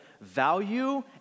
value